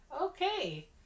okay